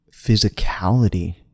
physicality